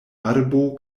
arbo